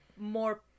more